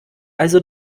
also